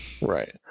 right